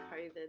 COVID